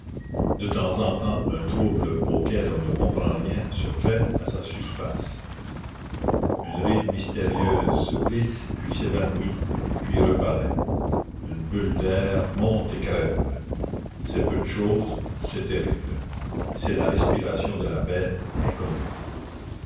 de temps en temps un trouble auquel on ne comprend rien se fait à sa surface une ride mystérieuse se plisse puis s'évanouit puis reparaît une bulle d'air monte et crève c'est peu de chose c'est terrible c'est la respiration de la bête inconnue